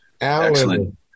Excellent